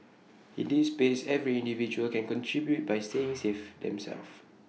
in this space every individual can contribute by staying safe themselves